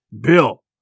Bill